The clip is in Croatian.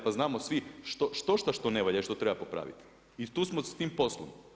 Pa znamo svi štošta što ne valja i što treba popraviti i tu smo s tim poslom.